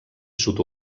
sud